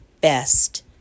best